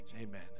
Amen